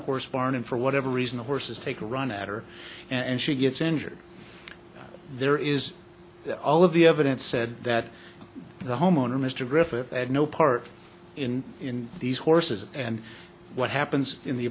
horse barn and for whatever reason the horses take a run at her and she gets injured there is all of the evidence said that the homeowner mr griffith had no part in these horses and what happens in the